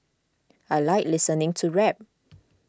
I like listening to rap